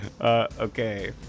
Okay